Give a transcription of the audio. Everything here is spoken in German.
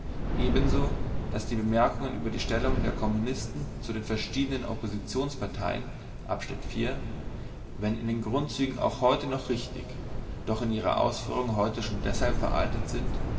ebenso daß die bemerkungen über die stellung der kommunisten zu den verschiedenen oppositionsparteien abschnitt iv wenn in den grundzügen auch heute noch richtig doch in ihrer ausführung heute schon deshalb veraltet sind